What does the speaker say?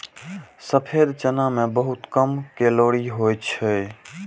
सफेद चना मे बहुत कम कैलोरी होइ छै